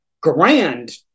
grand